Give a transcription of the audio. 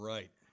Right